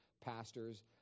pastors